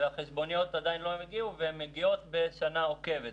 החשבוניות עדיין לא הגיעו והן מגיעות בשנה עוקבת.